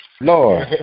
Lord